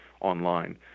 online